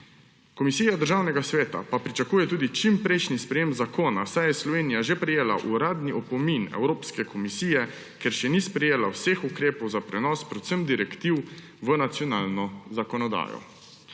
Komisija Državnega sveta pa pričakuje tudi čimprejšnji sprejem zakona, saj je Slovenija že prejela uradni opomin Evropske komisije, ker še ni sprejela vseh ukrepov za prenos predvsem direktiv v nacionalno zakonodajo.